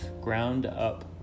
ground-up